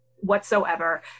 whatsoever